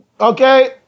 okay